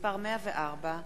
(מס' 104)